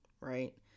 right